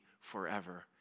forever